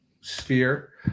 sphere